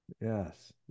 Yes